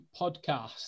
podcast